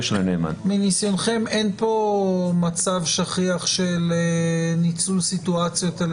מניסיונכם אין כאן מצב שכיח של ניצול סיטואציות על